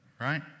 right